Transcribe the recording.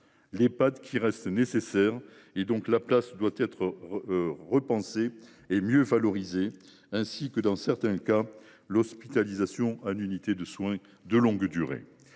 (Ehpad), qui reste nécessaire et dont la place doit être repensée et mieux valorisée, ainsi que, dans certains cas, l’hospitalisation en unité de soins de longue durée.